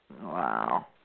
Wow